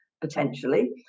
Potentially